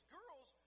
girls